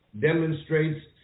demonstrates